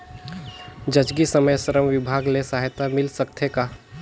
जचकी समय श्रम विभाग ले सहायता मिल सकथे का?